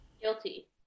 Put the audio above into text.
Guilty